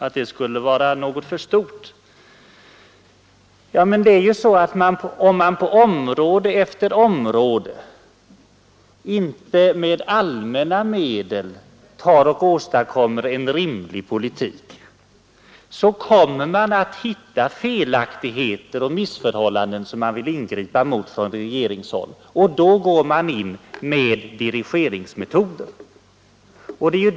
Men om man på område efter område inte med allmänt verkande ekonomiska medel åstadkommer en rimlig politik, kommer det att uppstå felaktigheter och missförhållanden, som regeringen måste ingripa mot, och den går då in med dirigeringsmetoder.